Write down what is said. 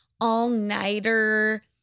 all-nighter